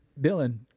Dylan